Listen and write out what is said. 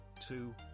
two